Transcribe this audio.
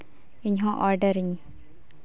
ᱤᱧᱦᱚᱸ ᱦᱚᱸ ᱚᱰᱟᱨᱤᱧ